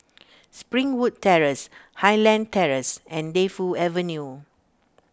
Springwood Terrace Highland Terrace and Defu Avenue